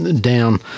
down